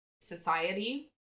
society